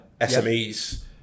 SMEs